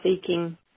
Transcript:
seeking